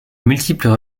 multiples